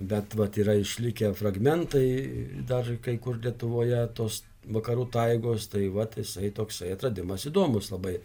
bet vat yra išlikę fragmentai dar kai kur lietuvoje tos vakarų taigos tai vat jisai toksai atradimas įdomus labai